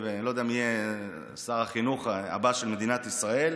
אני לא יודע מי יהיה שר החינוך הבא של מדינת ישראל,